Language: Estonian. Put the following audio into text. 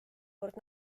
kord